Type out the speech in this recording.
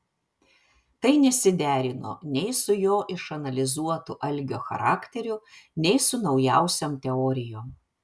tai nesiderino nei su jo išanalizuotu algio charakteriu nei su naujausiom teorijom